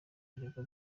aregwa